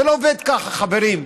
זה לא עובד ככה, חברים.